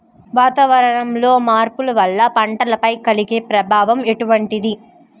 వాతావరణంలో మార్పుల వల్ల పంటలపై కలిగే ప్రభావం ఎటువంటిది?